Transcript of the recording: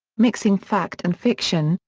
mixing fact and fiction,